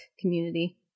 community